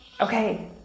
okay